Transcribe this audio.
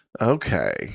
Okay